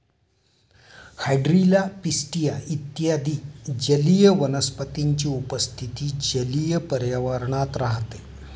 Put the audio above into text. hydrilla, pistia इत्यादी जलीय वनस्पतींची उपस्थिती जलीय पर्यावरणात राहते